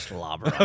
Slobber